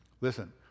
Listen